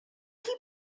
chi